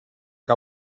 que